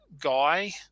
guy